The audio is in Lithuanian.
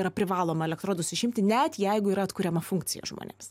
yra privaloma elektrodus išimti net jeigu yra atkuriama funkcija žmonėms